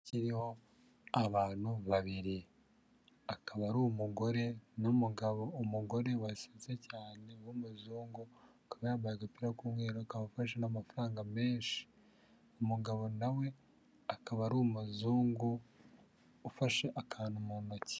Icyapa kiriho bantu babiri akaba ari umugore n'umugabo, umugore wasetse cyane w'umuzungu akaba yambaye agapira k'umweru akaba afashe n'amafaranga menshi, umugabo na we akaba ari umuzungu ufashe akantu mu ntoki.